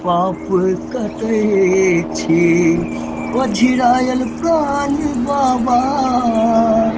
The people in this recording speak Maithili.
पाप कटै छी ओझराएल प्राण बाबा